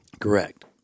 Correct